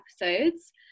episodes